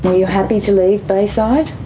but you happy to leave bayside?